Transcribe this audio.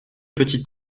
petit